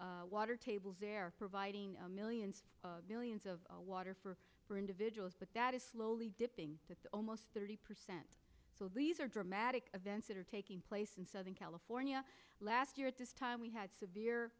water water tables they're providing millions of millions of water for individuals but that is slowly dipping to almost thirty percent so these are dramatic events that are taking place in southern california last year at this time we had severe